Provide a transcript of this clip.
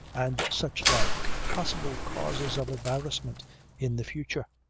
and such like, possible causes of embarrassment in the future.